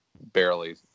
barely